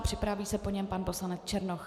Připraví se po něm pan poslanec Černoch.